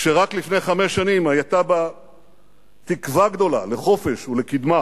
כשרק לפני חמש שנים היתה בה תקווה גדולה לחופש ולקדמה.